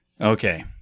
Okay